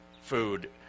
food